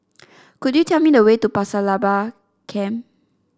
could you tell me the way to Pasir Laba Camp